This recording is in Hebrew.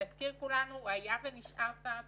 להזכיר, כולנו, הוא היה ונשאר שר התקשורת,